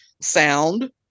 sound